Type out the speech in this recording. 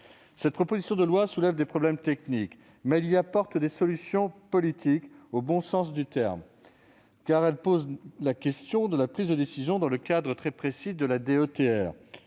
Ce texte soulève des problèmes techniques, mais y apporte des solutions politiques, au bon sens du terme, car il pose la question de la prise de décision dans le cadre très précis de la DETR.